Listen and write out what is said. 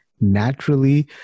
naturally